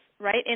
right